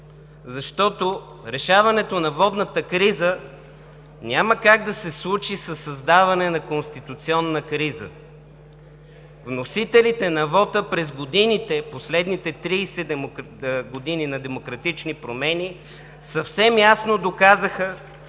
защото решаването на водната криза няма как да се случи със създаване на конституционна криза. Вносителите на вота през годините – последните 30 години на демократични промени, съвсем ясно доказаха,